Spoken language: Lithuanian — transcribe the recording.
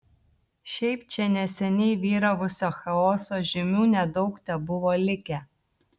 šiaip čia neseniai vyravusio chaoso žymių nedaug tebuvo likę